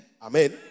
Amen